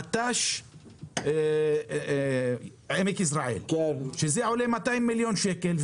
מט"ש עמק יזרעאל שעולה 200 מיליון שקל.